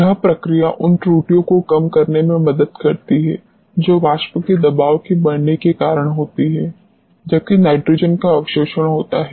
यह प्रक्रिया उन त्रुटियों को कम करने में मदद करती है जो वाष्प के दबाव के बढ़ने के कारण होती हैं जबकि नाइट्रोजन का अवशोषण होता है